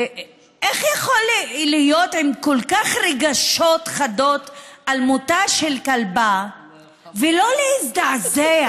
איך יכולים להיות עם כל כך רגשות חדים על מותה של כלבה ולא להזדעזע